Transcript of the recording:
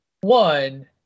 one